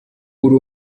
uri